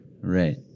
right